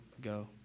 go